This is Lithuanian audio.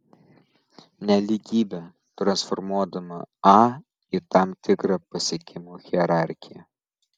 nelygybę transformuodama a į tam tikrą pasiekimų hierarchiją